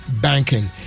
banking